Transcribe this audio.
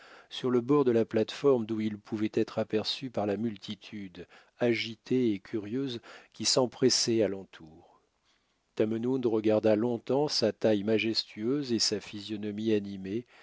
sur le bord de la plate-forme d'où il pouvait être aperçu par la multitude agitée et curieuse qui s'empressait à l'entour tamenund regarda longtemps sa taille majestueuse et sa physionomie